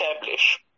establish